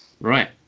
Right